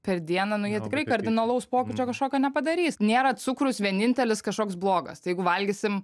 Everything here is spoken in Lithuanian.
per dieną nu jie tikrai kardinalaus pokyčio kažkokio nepadarys nėra cukrus vienintelis kažkoks blogas tai jeigu valgysim